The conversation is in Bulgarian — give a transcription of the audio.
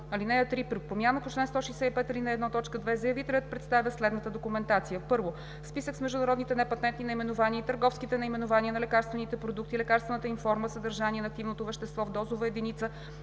При промяна по чл. 165, ал. 1, т. 2 заявителят представя следната документация: 1. списък с международните непатентни наименования и търговските наименования на лекарствените продукти, лекарствената им форма, съдържание на активното вещество в дозова единица